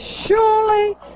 surely